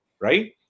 right